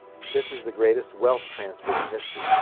this is the greatest wealth transfer in history.